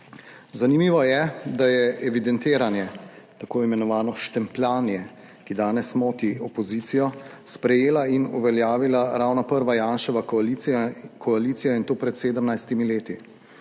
Zanimivo je, da je evidentiranje tako imenovano "štempljanje", ki danes moti opozicijo, sprejela in uveljavila ravno prva Janševa koalicija, in to pred 17 leti.